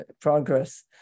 progress